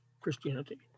Christianity